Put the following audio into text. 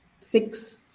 six